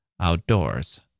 outdoors